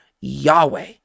Yahweh